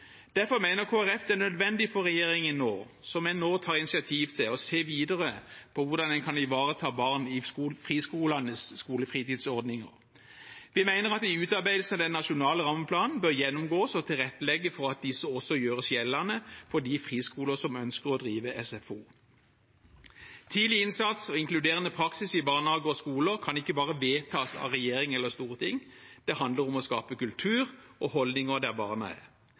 Derfor mener Kristelig Folkeparti det er nødvendig for regjeringen nå – som en nå tar initiativ til – å se videre på hvordan en kan ivareta barn i friskolenes skolefritidsordninger. Vi mener at en i utarbeidelsen av den nasjonale rammeplanen bør gjennomgå dette og tilrettelegge for at det også gjøres gjeldende for de friskolene som ønsker å drive SFO. Tidlig innsats og inkluderende praksis i barnehager og skoler kan ikke bare vedtas av regjering eller storting. Det handler om å skape kultur og holdninger der barna er.